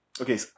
Okay